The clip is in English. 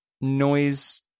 noise